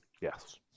Yes